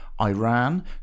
Iran